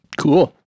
Cool